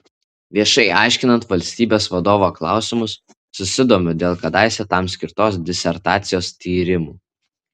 viešai aiškinant valstybės vadovo klausimus susidomiu dėl kadaise tam skirtos disertacijos tyrimų